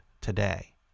today